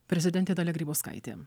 prezidentė dalia grybauskaitė